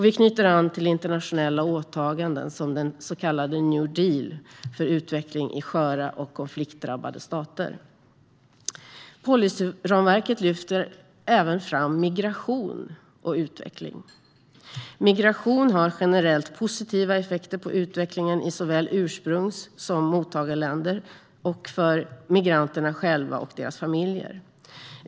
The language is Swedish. Vi knyter an till internationella åtaganden som den så kallade New Deal för utveckling i sköra och konfliktdrabbade stater. Policyramverket lyfter även fram migration och utveckling. Migration har generellt positiva effekter på utvecklingen i såväl ursprungsländer som mottagarländer och för migranterna själva och deras familjer.